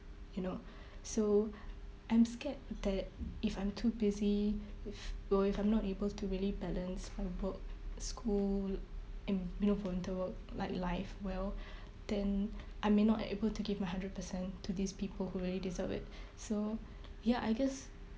you know so I'm scared that if I'm too busy with or if I'm not able to really balance from work school and you know volunteer work like life well then I may not a~ able to give my hundred percent to these people who really deserve it so ya I guess